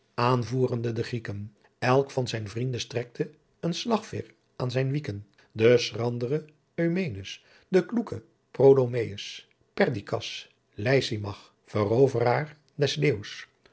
aanvoerende de grieken elk van zyn vrienden strekte een slagveer aan zijn wiek en de schrandere eumenes de kloeke prolomeus perdikkas lysimach veroveraar des leeuws